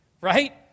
Right